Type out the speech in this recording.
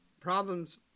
problems